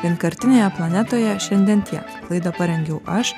vienkartinėje planetoje šiandien tiek laidą parengiau aš